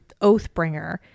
Oathbringer